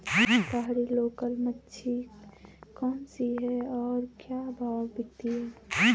पहाड़ी लोकल मछली कौन सी है और क्या भाव बिकती है?